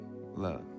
love